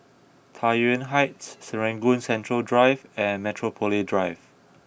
Tai Yuan Heights Serangoon Central Drive and Metropole Drive